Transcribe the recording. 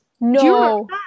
no